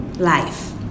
life